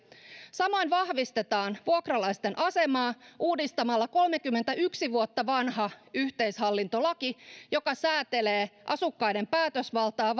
samoin vahvistetaan vuokralaisten asemaa uudistamalla kolmekymmentäyksi vuotta vanha yhteishallintolaki joka säätelee asukkaiden päätösvaltaa